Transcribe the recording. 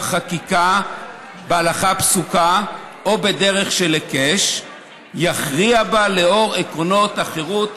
חקיקה בהלכה פסוקה או בדרך של היקש יכריע בה לאור עקרונות החירות,